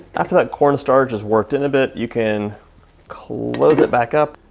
after that corn starch has worked in a bit you can close it back up,